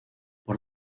por